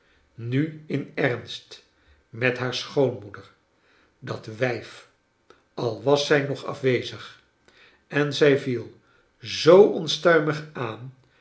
nu in ernst met haar schoonmoeder dat wijf j j al was zij nog afwezig en zij viel zoo onstuimig aan